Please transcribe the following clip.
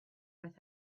with